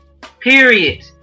Period